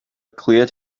cleared